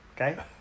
Okay